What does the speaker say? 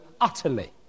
utterly